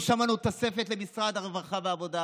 לא שמענו על תוספת למשרד הרווחה והעבודה